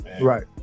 Right